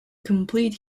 complete